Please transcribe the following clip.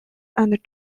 and